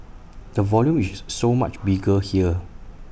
the volume is so much bigger here